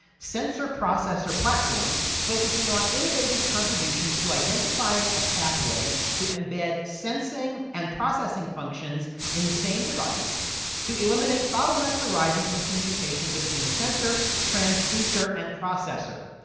sensor processor platforms focusing on innovative contributions to identifying a pathway. to embed sensing and processing functions in the same device to eliminate bottlenecks arising from communication between the sensor, transducer, and processor.